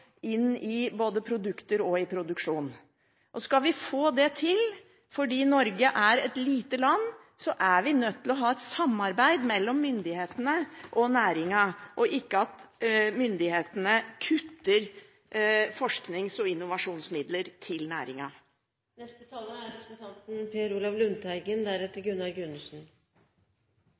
inn i både produkter og produksjon. Skal vi få det til, er vi – fordi Norge er et lite land – nødt til å ha et samarbeid mellom myndighetene og næringen, og ikke slik at myndighetene kutter forsknings- og innovasjonsmidler til